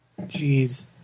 Jeez